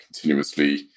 continuously